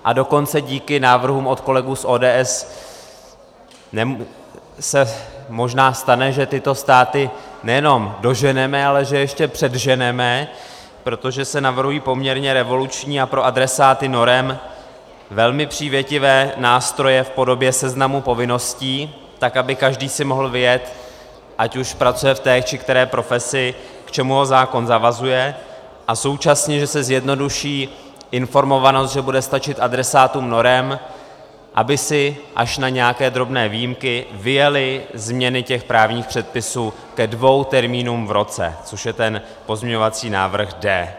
A dokonce díky návrhům od kolegů z ODS se možná stane, že tyto státy nejenom doženeme, ale že je ještě předeženeme, protože se navrhují poměrně revoluční a pro adresáty norem velmi přívětivé nástroje v podobě seznamu povinností, tak aby si každý mohl vyjet, ať už pracuje v té či oné profesi, k čemu ho zákon zavazuje, a současně že se zjednoduší informovanost, že bude stačit adresátům norem, aby si, až na nějaké drobné výjimky, vyjeli změny těch právních předpisů ke dvěma termínům v roce, což je ten pozměňovací návrh D.